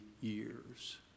years